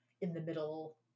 in-the-middle